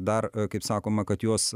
dar kaip sakoma kad juos